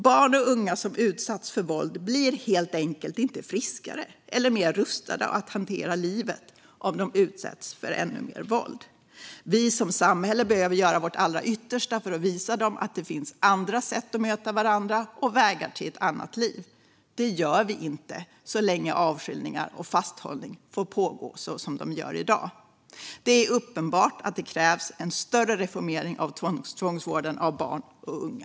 Barn och unga som utsatts för våld blir helt enkelt inte friskare eller bättre rustade att hantera livet om de utsätts för ännu mer våld. Vi som samhälle behöver göra vårt allra yttersta för att visa dem att det finns andra sätt att möta varandra och vägar till ett annat liv. Det gör vi inte så länge avskiljning och fasthållning får pågå som i dag. Det är uppenbart att det krävs en större reformering av tvångsvården av barn och unga.